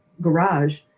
garage